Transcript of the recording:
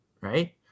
right